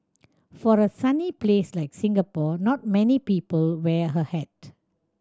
for a sunny place like Singapore not many people wear a hat